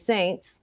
Saints